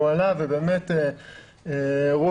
הוא עלה ובאמת ראובן,